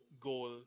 goal